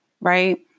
right